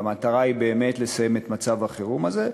והמטרה היא באמת לסיים את מצב החירום הזה,